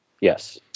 Yes